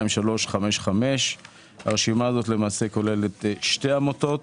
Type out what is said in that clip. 2023-002355. הרשימה הזאת כוללת שתי עמותות,